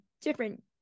different